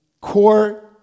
core